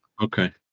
okay